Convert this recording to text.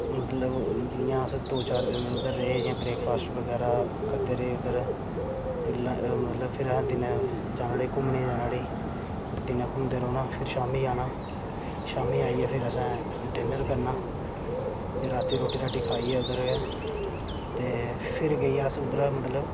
मतलब जियां अस दो चार दिन उद्धर रेह् जियां ब्रेकफास्ट बगैरा करदे रेह उद्धर फेर लाई फेर मतलब असें दिनें जाना उठी घुम्मने गी जाना उठी दिनें घुमदे रौह्ना फिर शामी औना शामी आइयै फिर असें डिनर करना रातीं रोटी राटी खाइयै उद्धर गै ते फिर गेइयै अस उद्धरा मतलब